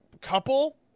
couple